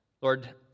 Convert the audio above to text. Lord